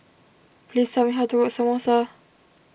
please tell me how to cook Samosa